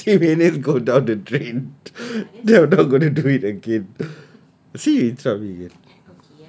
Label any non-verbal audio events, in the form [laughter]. [laughs] twenty minutes go down the drain we're not gonna do it again see you interrupt me again